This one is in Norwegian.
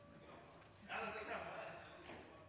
De kan la